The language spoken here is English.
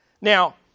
Now